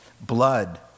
blood